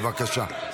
בבקשה.